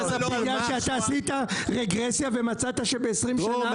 בגלל שאתה עשית רגרסיה ומצאת שב-20 שנה --- דרור,